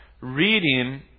reading